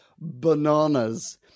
bananas